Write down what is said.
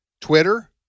Twitter